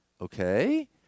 okay